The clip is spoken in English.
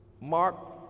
Mark